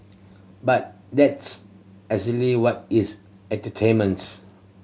but that's exactly what it's entertainments